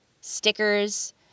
stickers